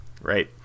right